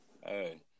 Hey